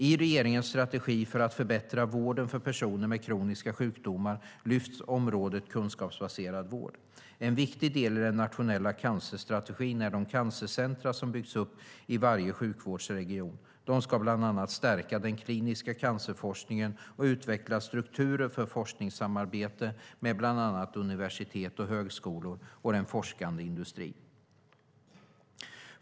I regeringens strategi för att förbättra vården för personer med kroniska sjukdomar lyfts området kunskapsbaserad vård. En viktig del i den nationella cancerstrategin är de cancercentrum som byggts upp i varje sjukvårdsregion. De ska bland annat stärka den kliniska cancerforskningen och utveckla strukturer för forskningssamarbete med bland annat universitet och högskolor och den forskande industrin.